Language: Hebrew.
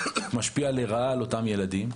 משפיע לרעה על אותם ילדים.